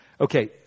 okay